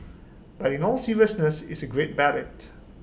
but in all seriousness it's A great ballad